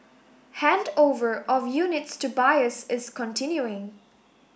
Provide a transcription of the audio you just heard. handover of units to buyers is continuing